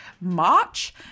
March